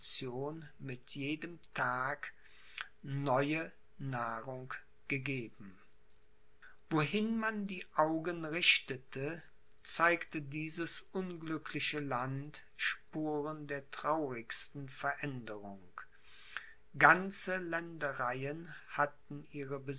mit jedem tag neue nahrung gegeben wohin man die augen richtete zeigte dieses unglückliche land spuren der traurigsten veränderung ganze ländereien hatten ihre